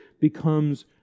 becomes